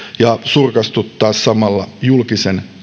ja surkastuttaa samalla julkisen